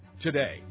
Today